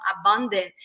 abundant